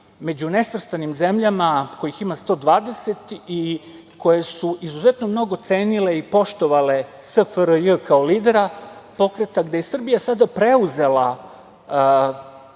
među nesvrstanim zemljama, kojih ima 120, i koje su izuzetno mnogo cenile i poštovale SFRJ kao lidera pokreta, gde je i Srbija sad preuzela